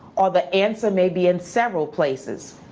or the answer may be in several places,